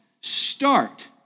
start